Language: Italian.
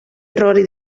errori